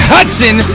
Hudson